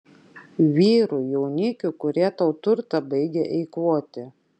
vyrų jaunikių kurie tau turtą baigia eikvoti